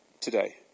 today